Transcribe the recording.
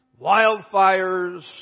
wildfires